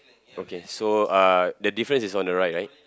okay so uh the difference is on the right right